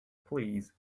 please